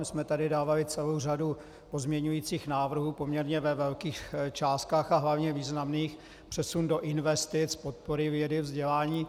My jsme tady dávali celou řadu pozměňovacích návrhů poměrně ve velkých částkách a hlavně významných, přesun do investic, podpory vědy, vzdělání.